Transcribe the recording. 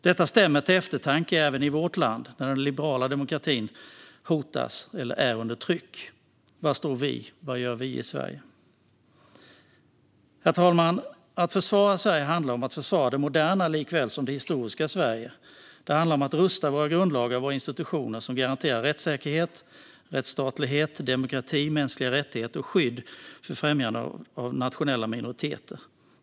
Detta stämmer till eftertanke även i vårt land när den liberala demokratin hotas och är under tryck. Var står vi? Vad gör vi i Sverige? Herr talman! Att försvara Sverige handlar om att försvara det moderna likaväl som det historiska Sverige. Det handlar om att rusta våra grundlagar och våra institutioner, som garanterar rättssäkerhet, rättsstatlighet, demokrati, mänskliga rättigheter och skydd och främjande av nationella minoriteter.